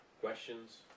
questions